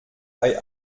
bei